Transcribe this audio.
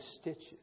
stitches